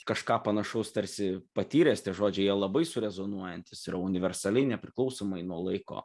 kažką panašaus tarsi patyręs tie žodžiai jie labai surezonuojantys yra universaliai nepriklausomai nuo laiko